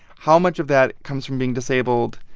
how much of that comes from being disabled,